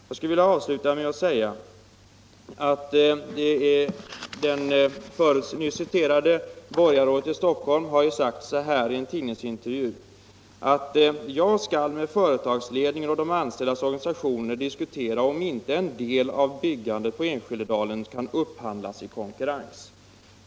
Jag skulle vilja avsluta med att säga att det nyss citerade borgarrådet i Stockholm i en tidningsintervju har sagt att han med företagsledningar och de anställdas organisationer skall diskutera om inte en del av byggandet på Enskededalen kan upphandlas i konkurrens.